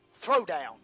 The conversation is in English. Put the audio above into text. throwdown